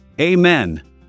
Amen